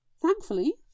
Thankfully